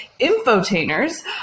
infotainers